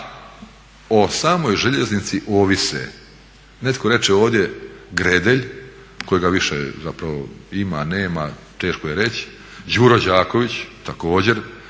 o samoj željeznici ovise, netko reče ovdje Gredelj kojega više zapravo ima, nema, teško je reći. Đuro Đaković, također.